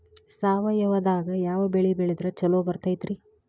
ಸಾವಯವದಾಗಾ ಯಾವ ಬೆಳಿ ಬೆಳದ್ರ ಛಲೋ ಬರ್ತೈತ್ರಿ?